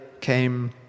came